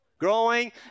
Growing